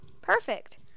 Perfect